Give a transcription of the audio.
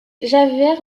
javert